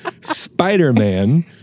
Spider-Man